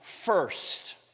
first